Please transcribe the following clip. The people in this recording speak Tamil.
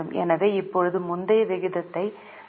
எனவே இப்போது முந்தைய விகிதத்தை 0